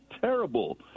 terrible